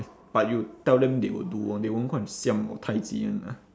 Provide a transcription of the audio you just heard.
but you tell them they will do [one] they won't go and siam or tai ji [one] lah